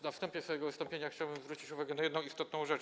Na wstępie swojego wystąpienia chciałbym zwrócić uwagę na jedną istotną rzecz.